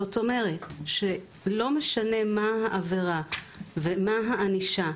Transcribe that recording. זאת אומרת, לא משנה מה העבירה ומה הענישה,